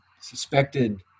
suspected